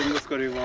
let's go